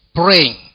praying